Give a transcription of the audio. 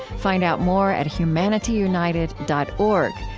find out more at humanityunited dot org,